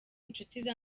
inshuti